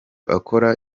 akora